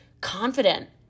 confident